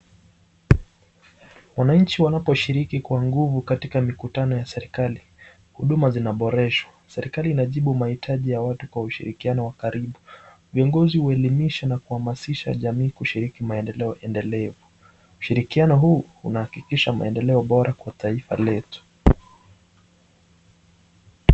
Wananchi wanaposhiriki kwa nguvu katika mikutano ya serikali, huduma zinaboreshwa. Serikali inajibu mahitaji ya watu kwa ushirikiano wa karibu. Viongozi huelimisha na kuhamasisha jamii kushiriki maendeleo endelevu. Ushirikiano huu unahakikisha maendeleo bora kwa taifa letu.